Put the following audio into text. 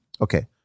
Okay